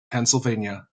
pennsylvania